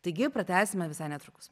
taigi pratęsime visai netrukus